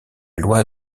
loi